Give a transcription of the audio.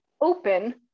open